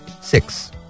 six